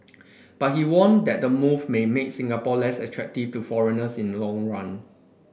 but he warned that the move may make Singapore less attractive to foreigners in long run